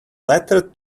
letter